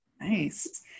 Nice